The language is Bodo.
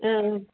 ओं